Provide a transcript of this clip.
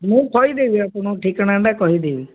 ମୁଁ କହିଦେବି ଆପଣଙ୍କୁ ଠିକଣାଟା କହିଦେବି